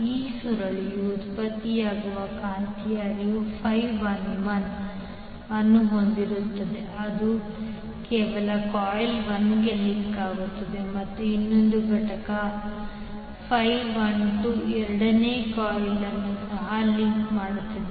ಈ ಸುರುಳಿಯಲ್ಲಿ ಉತ್ಪತ್ತಿಯಾಗುವ ಕಾಂತೀಯ ಹರಿವು Φ 11 ಅನ್ನು ಹೊಂದಿದ್ದರೆ ಅದು ಕೇವಲ ಕಾಯಿಲ್ 1 ಗೆ ಲಿಂಕ್ ಆಗುತ್ತದೆ ಮತ್ತು ಇನ್ನೊಂದು ಘಟಕ link 12 ಎರಡನೇ ಕಾಯಿಲ್ ಅನ್ನು ಸಹ ಲಿಂಕ್ ಮಾಡುತ್ತದೆ